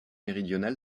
méridional